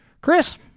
Chris